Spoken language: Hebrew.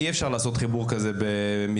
אי אפשר לעשות חיבור כזה מסרטים,